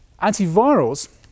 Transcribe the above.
Antivirals